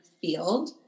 field